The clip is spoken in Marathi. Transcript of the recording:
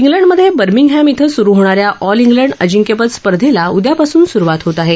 इंग्लंडमधे बर्मिगहॅम इथं सुरू होणाऱ्या ऑल इंग्लंड अजिंक्यपद स्पर्धेला उद्यापासून सुरूवात होत आहे